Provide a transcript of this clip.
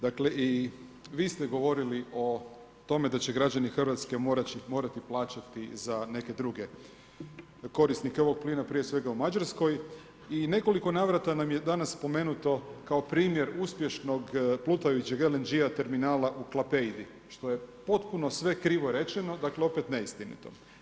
Dakle i vi ste govorili o tome da će građani Hrvatske morati plaćati za neke druge korisnike ovog plina, prije svega u Mađarskoj i u nekoliko navrata nam je danas spomenuto kao primjer uspješnog plutajućeg LNG terminala u Klaipeidi što je potpuno sve krivo rečeno, dakle opet neistinito.